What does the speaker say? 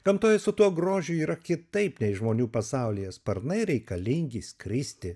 gamtoj su tuo grožiu yra kitaip nei žmonių pasaulyje sparnai reikalingi skristi